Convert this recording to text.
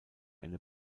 eine